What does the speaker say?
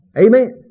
Amen